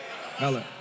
Hello